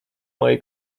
moi